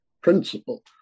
principle